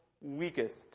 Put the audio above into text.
weakest